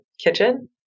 kitchen